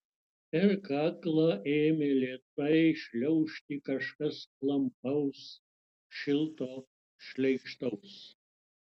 per kaklą ėmė lėtai šliaužti kažkas klampaus šilto šleikštaus